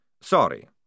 Sorry